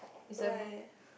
why